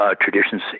traditions